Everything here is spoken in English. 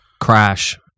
Crash